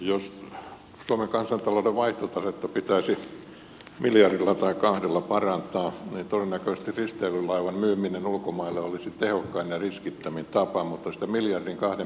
jos suomen kansantalouden vaihtotasetta pitäisi miljardilla tai kahdella parantaa niin todennäköisesti risteilylaivan myyminen ulkomaille olisi tehokkain ja riskittömin tapa mutta sitä miljardin kahden pääomaa ei näytä löytyvän